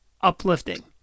uplifting